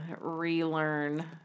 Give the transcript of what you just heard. relearn